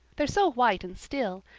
they're so white and still,